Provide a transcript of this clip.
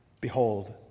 Behold